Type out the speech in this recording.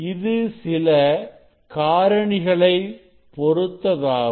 இது சில காரணிகளை பொருத்ததாகும்